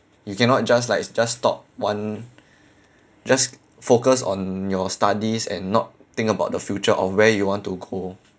you cannot just like it's just stop one just focus on your studies and not think about the future of where you want to go